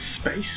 space